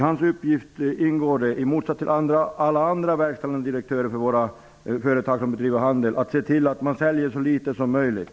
Hans uppgift är, i motsats till alla andra verkställande direktörers uppgifter i våra företag som bedriver handel, att se till att man säljer så litet som möjligt.